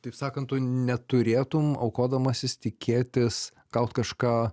taip sakant tu neturėtum aukodamasis tikėtis gaut kažką